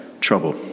trouble